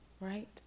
right